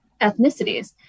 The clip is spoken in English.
ethnicities